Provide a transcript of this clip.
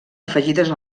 afegides